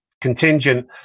contingent